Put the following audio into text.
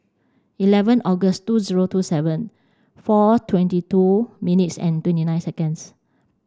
eleven August two zero two seven four twenty two minutes and twenty nine seconds